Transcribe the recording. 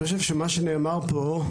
אני חושב שמה שנאמר פה,